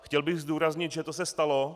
Chtěl bych zdůraznit, že to se stalo.